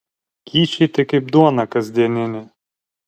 kyšiai tai kaip duona kasdieninė